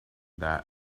that